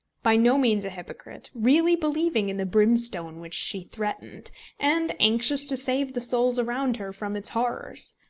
by no means a hypocrite, really believing in the brimstone which she threatened and anxious to save the souls around her from its horrors.